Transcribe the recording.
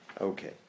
Okay